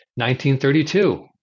1932